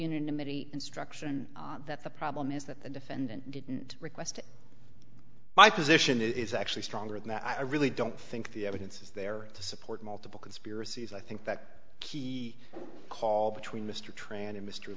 unanimity instruction that the problem is that the defendant didn't request it my position is actually stronger than i really don't think the evidence is there to support multiple conspiracies i think that key call between mr tran and mr